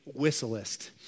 whistleist